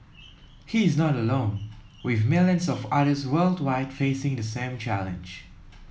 he is not alone with millions of others worldwide facing the same challenge